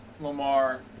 Lamar